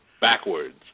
backwards